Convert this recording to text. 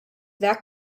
that